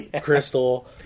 Crystal